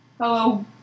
Hello